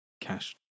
cash